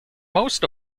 most